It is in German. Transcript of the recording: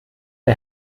der